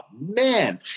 man